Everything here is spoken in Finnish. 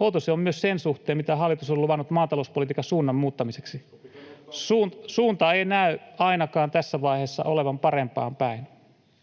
Outo se on myös sen suhteen, mitä hallitus on luvannut maatalouspolitiikan suunnan muuttamiseksi. [Juha Mäenpään välihuuto] Suunta ei näy ainakaan tässä vaiheessa olevan parempaan päin.